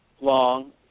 long